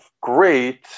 great